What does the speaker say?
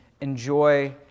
enjoy